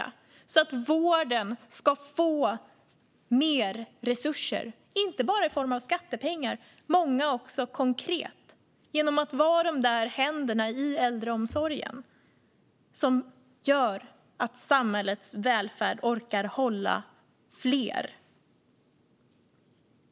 På så sätt får vården mer resurser, inte bara i form av skattepengar utan i många fall också konkret i form av de där händerna i äldreomsorgen, som gör att samhällets välfärd orkar hålla för fler.